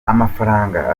amafaranga